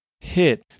hit